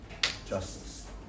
justice